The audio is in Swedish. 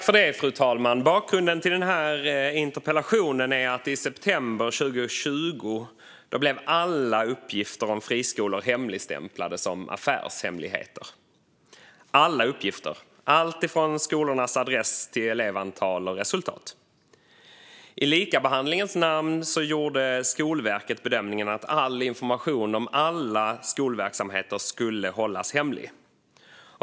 Fru talman! Bakgrunden till interpellationen är att i september 2020 blev alla uppgifter om friskolor hemligstämplade som affärshemligheter. Det gällde alla uppgifter; alltifrån skolornas adresser till elevantal och resultat. I likabehandlingens namn gjorde Skolverket bedömningen att all information om alla skolverksamheter skulle hållas hemlig.